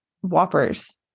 whoppers